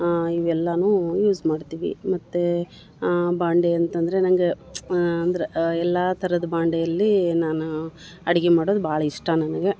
ಇವೆಲ್ಲವೂ ಯೂಸ್ ಮಾಡ್ತೀವಿ ಮತ್ತೆ ಬಾಂಡೆ ಅಂತಂದ್ರೆ ನಂಗೆ ಅಂದ್ರೆ ಎಲ್ಲ ಥರದ ಬಾಂಡೆಯಲ್ಲಿ ನಾನು ಅಡ್ಗೆ ಮಾಡೋದು ಭಾಳ ಇಷ್ಟ ನನ್ಗೆ